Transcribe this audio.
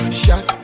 shot